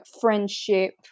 friendship